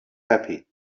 happy